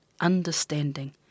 understanding